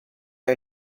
are